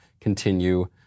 continue